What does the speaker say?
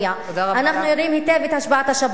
אנחנו יודעים היטב את השפעת השב"כ, תודה רבה לך.